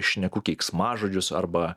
šneku keiksmažodžius arba